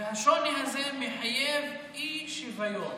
והשוני הזה מחייב אי-שוויון.